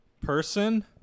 person